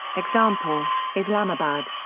example islamabad.